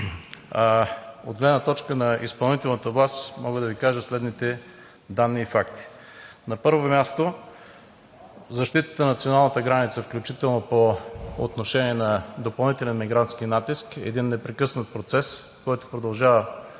от гледна точка на изпълнителната власт мога да Ви кажа следните данни и факти. На първо място, защитата на националната граница, включително по отношение на допълнителен мигрантски натиск, е един непрекъснат процес, който продължава